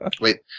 Wait